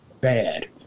bad